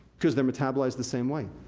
cause they metabolize the same way.